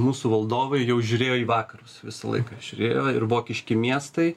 mūsų valdovai jau žiūrėjo į vakarus visą laiką žiūrėjo ir vokiški miestai